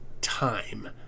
time